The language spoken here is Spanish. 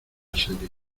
serie